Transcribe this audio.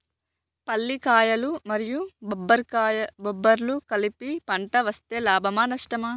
పల్లికాయలు మరియు బబ్బర్లు కలిపి పంట వేస్తే లాభమా? నష్టమా?